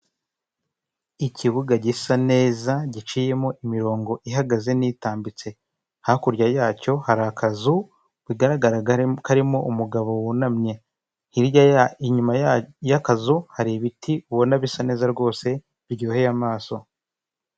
Ikibuga gisa neza giciyemo imirongo ihagaze n'itambitse, hakurya yacyo hari akazu bigaraga karimo umugabo wunamye hirya inyuma y'akazu hari ibiti ubona bisa neza rwose biryoheye amaso.